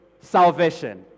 salvation